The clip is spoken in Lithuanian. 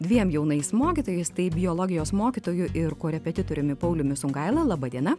dviem jaunais mokytojais tai biologijos mokytoju ir korepetitoriumi pauliumi sungaila laba diena